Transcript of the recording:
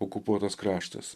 okupuotas kraštas